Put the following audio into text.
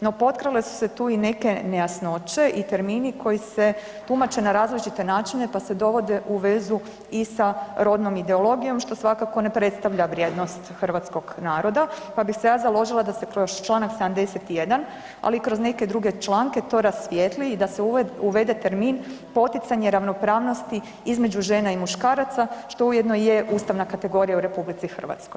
No, potkrale su se tu i neke nejasnoće i termini koji se tumače na različite načine pa se dovode u vezu i sa rodnom ideologijom što svakako ne predstavlja vrijednost hrvatskog naroda, pa bih se ja založila da se kroz čl. 71., ali i kroz neke druge članke to rasvijetli i da se uvede termin poticanje ravnopravnosti između žena i muškaraca što ujedno i je ustavna kategorija u RH.